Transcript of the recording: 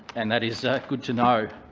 and that is good to know.